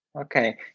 Okay